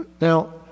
Now